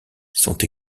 sont